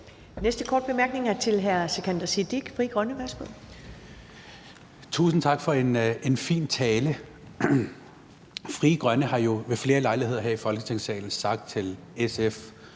Frie Grønne. Værsgo. Kl. 11:27 Sikandar Siddique (FG): Tusind tak for en fin tale. Frie Grønne har jo ved flere lejligheder her i Folketingssalen sagt til SF